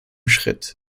schritt